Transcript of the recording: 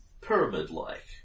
pyramid-like